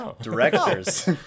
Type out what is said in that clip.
directors